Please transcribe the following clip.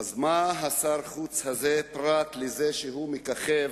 אז מה השר חוץ הזה, פרט לזה שהוא מככב